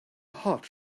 hot